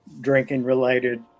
drinking-related